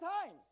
times